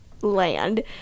land